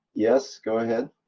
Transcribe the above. yes, go ahead,